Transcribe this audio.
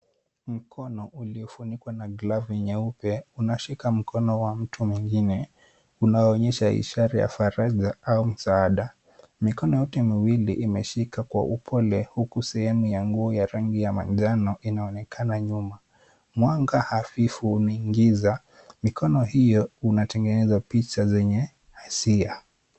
Mkono uliofunikwa na glavu nyeupe, unashika mkono wa mtu mwingine, unaonyesha ishara ya faraja au msaada. Mikono yote miwili imeshika kwa upole, huku sehemu ya nguo ya rangi ya manjano inaonekana nyuma. Mwanga hafifu umeingia, mikono hiyo inatengeneza picha zenye halisia.